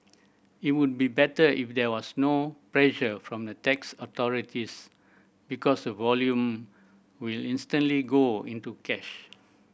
it would be better if there was no pressure from tax authorities because the volumes will instantly go into cash